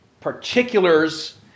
Particulars